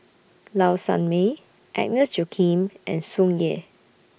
Low Sanmay Agnes Joaquim and Tsung Yeh